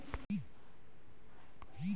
हर ग्राहक के एक नम्बर हउवे